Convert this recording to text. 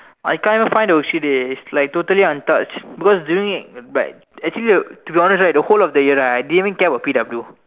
I can't even find the sheet already it's like totally untouched because during like but actually the whole of the year right I didn't care about P_W